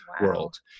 world